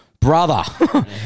brother